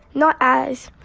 not as